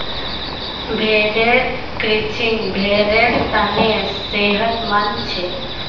भेड़ेर क्रचिंग भेड़ेर तने सेहतमंद छे